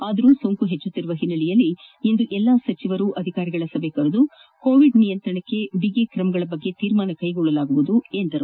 ಆದರೂ ಸೋಂಕು ಹೆಚ್ಚುತ್ತಿರುವ ಹಿನ್ನೆಲೆಯಲ್ಲಿ ಇಂದು ಎಲ್ಲಾ ಸಚಿವರು ಅಧಿಕಾರಿಗಳ ಸಭೆ ಕರೆದು ಕೋವಿಡ್ ನಿಯಂತ್ರಣಕ್ಕೆ ಬಗಿ ಕ್ರಮಗಳ ಬಗ್ಗೆ ತೀರ್ಮಾನ ಕ್ಲೆಗೊಳ್ಲಲಾಗುವುದು ಎಂದರು